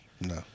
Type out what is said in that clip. No